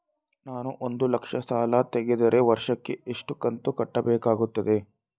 ನಾನು ಒಂದು ಲಕ್ಷ ಸಾಲ ತೆಗೆದರೆ ವರ್ಷಕ್ಕೆ ಎಷ್ಟು ಕಂತು ಕಟ್ಟಬೇಕಾಗುತ್ತದೆ?